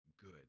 good